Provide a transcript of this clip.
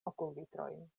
okulvitrojn